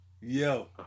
Yo